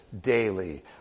daily